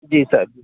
جی سر